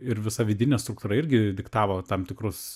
ir visa vidinė struktūra irgi diktavo tam tikrus